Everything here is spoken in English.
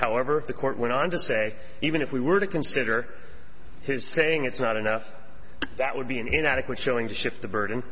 however the court went on to say even if we were to consider his saying it's not enough that would be an inadequate showing to shift the burden